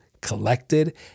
collected